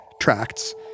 tracts